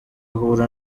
ahura